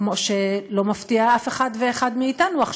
כמו שלא מפתיע אף אחת ואחד מאתנו,